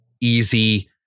easy